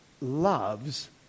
loves